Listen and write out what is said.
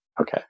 Okay